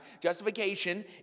justification